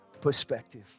perspective